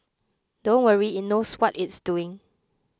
don't worry it knows what it's doing